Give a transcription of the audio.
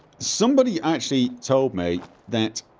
somebody actually told me that